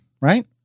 right